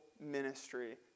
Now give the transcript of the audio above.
ministry